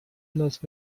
لاس